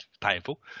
painful